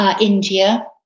India